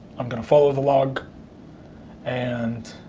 i'm going to follow the log and